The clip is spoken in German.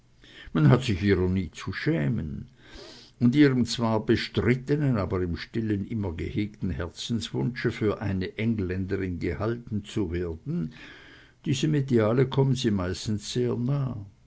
man hat sich ihrer nie zu schämen und ihrem zwar bestrittenen aber im stillen immer gehegten herzenswunsche für eine engländerin gehalten zu werden diesem ideale kommen sie meistens sehr nah